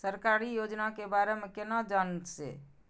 सरकारी योजना के बारे में केना जान से?